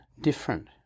different